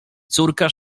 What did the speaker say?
córka